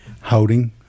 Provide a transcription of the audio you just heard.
holding